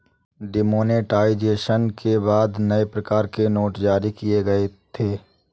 demonetisation के बाद नए प्रकार के नोट जारी किए गए थे